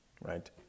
right